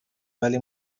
ولی